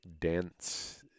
dense